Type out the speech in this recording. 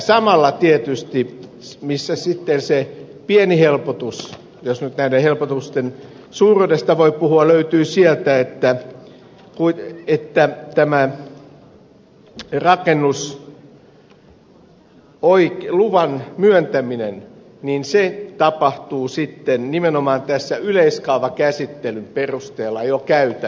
samalla tietysti se pieni helpotus jos nyt näiden helpotusten suuruudesta voi puhua löytyy sieltä että tämä rakennusluvan myöntäminen tapahtuu nimenomaan yleiskaavakäsittelyn perusteella jo käytännössä